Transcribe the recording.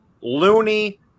loony